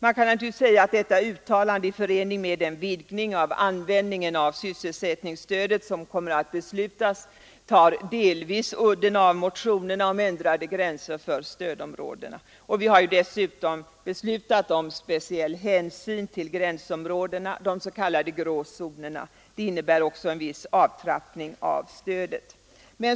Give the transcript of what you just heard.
Man kan naturligtvis säga att detta uttalande i förening med den vidgning av användningen av sysselsättningsstödet som kommer att beslutas delvis tar udden av motionerna om ändrade gränser för stödområdena. Vi har ju dessutom beslutat om speciell hänsyn till gränsområdena, de s.k. grå zonerna, och det innebär också en viss avtrappning av stödet.